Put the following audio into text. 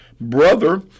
brother